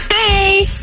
Hey